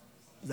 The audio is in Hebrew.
כן,